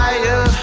Fire